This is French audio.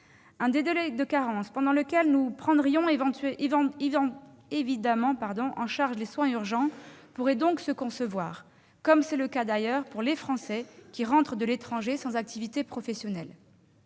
Un délai de carence, pendant lequel nous prendrions évidemment en charge les soins urgents, pourrait se concevoir, comme c'est le cas d'ailleurs pour les Français qui rentrent de l'étranger sans activité professionnelle.